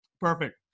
Perfect